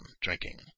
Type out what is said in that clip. drinking